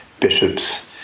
bishops